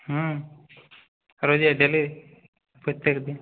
হুম আর ওই যে ডেলি প্রত্যেক দিন